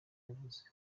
yavuze